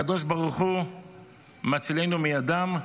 הקדוש ברוך הוא מצילנו מידם,